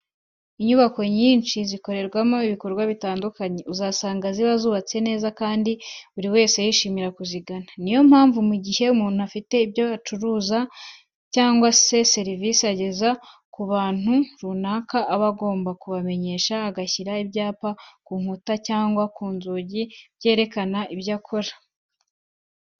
Inyubako nyinshi zikorerwamo ibikorwa bitandukanye, usanga ziba zubatse neza kandi buri wese yishimira kuzigana. Ni yo mpamvu mu gihe umuntu afite ibicuruzwa cyangwa se serivise ageza ku bantu runaka aba agomba kubamenyesha, agashyira ibyapa ku nkuta cyangwa ku nzugi byerekana ibyo akora.